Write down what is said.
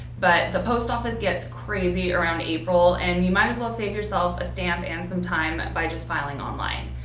but the post office gets crazy around april and you might as well save yourself a stamp and some time by just filing online.